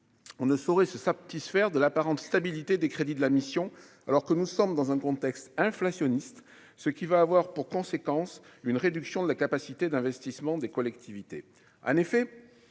on ne saurait se sa petite sphère de l'apparente stabilité des crédits de la mission alors que nous sommes dans un contexte inflationniste, ce qui va avoir pour conséquence une réduction de la capacité d'investissement des collectivités,